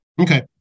Okay